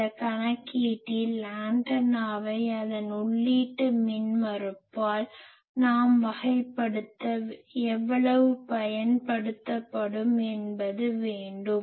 அந்த கணக்கீட்டில் ஆண்டனாவை அதன் உள்ளீட்டு மின்மறுப்பால் நாம் வகைப்படுத்த எவ்வளவு பயன்படுத்தப்படும் என்பது வேண்டும்